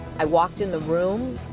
i walked in the room,